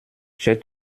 j’ai